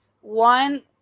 one